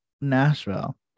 Nashville